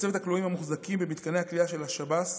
במצבת הכלואים המוחזקים במתקני הכליאה של השב"ס